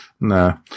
no